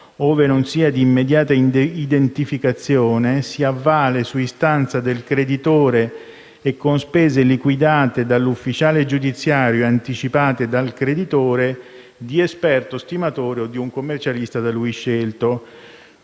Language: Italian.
ove non sia di immediata identificazione, si avvale su istanza del creditore e con spese liquidate dall'ufficiale giudiziario e anticipate dal creditore, di esperto stimatore o di un commercialista da lui scelto».